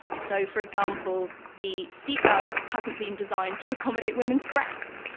so for example, the seat belt hasn't been designed to accommodate women's breasts.